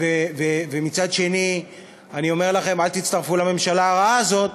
ומצד אחר אני אומר לכם: אל תצטרפו לממשלה הרעה הזאת,